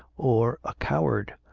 or a coward,